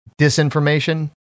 disinformation